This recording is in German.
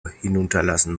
hinunterlassen